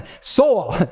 soul